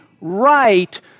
right